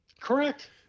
Correct